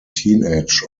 teenage